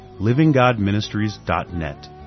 livinggodministries.net